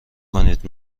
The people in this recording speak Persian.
کنید